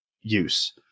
use